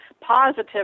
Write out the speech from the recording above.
positive